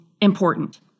important